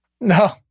No